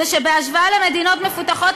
זה שבהשוואה למדינות מפותחות,